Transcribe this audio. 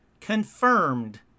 confirmed